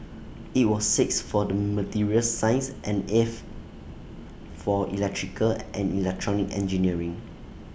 IT was sixth for the materials science and eighth for electrical and electronic engineering